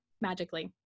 magically